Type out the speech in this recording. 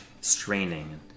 straining